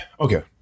okay